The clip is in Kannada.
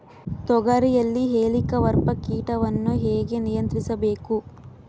ತೋಗರಿಯಲ್ಲಿ ಹೇಲಿಕವರ್ಪ ಕೇಟವನ್ನು ಹೇಗೆ ನಿಯಂತ್ರಿಸಬೇಕು?